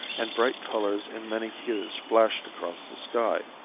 and bright colors in many hues flashed across the sky.